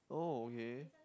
oh okay